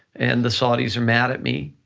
and the saudis are mad at me.